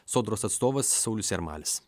sodros atstovas saulius jarmalis